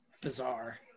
bizarre